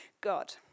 God